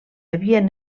havien